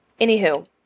Anywho